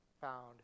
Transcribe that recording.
found